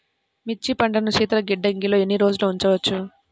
మిర్చి పంటను శీతల గిడ్డంగిలో ఎన్ని రోజులు ఉంచవచ్చు?